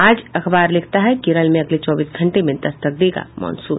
आज अखबार लिखता है केरल में अगले चौबीस घंटों में दस्तक देगा मॉनसून